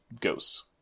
ghosts